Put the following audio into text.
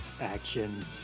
Action